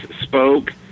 spoke